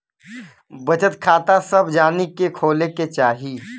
बचत खाता सभ जानी के खोले के चाही